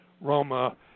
Roma